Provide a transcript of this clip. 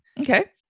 Okay